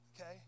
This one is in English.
Okay